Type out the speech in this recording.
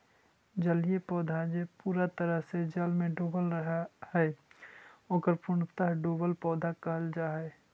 जलीय पौधा जे पूरा तरह से जल में डूबल रहऽ हई, ओकरा पूर्णतः डुबल पौधा कहल जा हई